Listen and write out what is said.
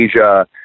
Asia